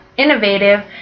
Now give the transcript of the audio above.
innovative